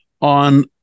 on